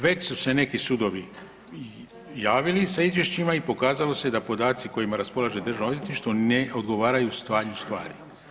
Već su se neki sudovi javili sa izvješćima i pokazalo se da podaci kojima raspolaže Državno odvjetništvo ne odgovaraju stanju stvari.